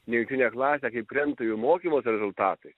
nejungtinę klasę kaip krenta jų mokymosi rezultatai